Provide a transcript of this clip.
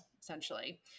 essentially